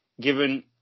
given